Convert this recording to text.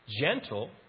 gentle